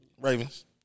Ravens